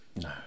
No